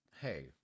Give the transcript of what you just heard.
hey